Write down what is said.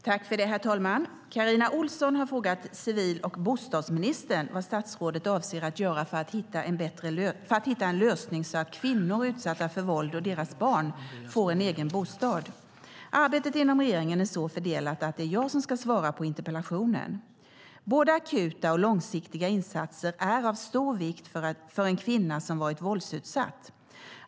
Herr talman! Carina Ohlsson har frågat civil och bostadsministern vad statsrådet avser att göra för att hitta en lösning så att våldsutsatta kvinnor och deras barn får en egen bostad. Arbetet inom regeringen är så fördelat att det är jag som ska svara på interpellationen. Både akuta och långsiktiga insatser är av stor vikt för en kvinna som varit våldsutsatt.